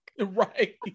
right